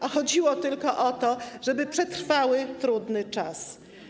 A chodziło tylko o to, żeby przetrwały trudny czas.